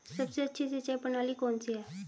सबसे अच्छी सिंचाई प्रणाली कौन सी है?